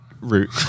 route